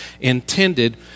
intended